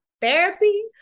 therapy